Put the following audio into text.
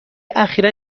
اخیرا